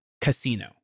casino